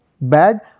bad